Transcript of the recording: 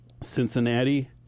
Cincinnati